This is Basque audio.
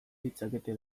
ditzakete